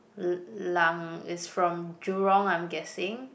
Lang is from Jurong I'm guessing